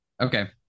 Okay